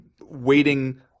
waiting